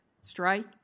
strike